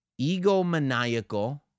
egomaniacal